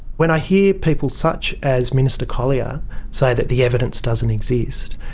when i hear people such as minister collier say that the evidence doesn't exist,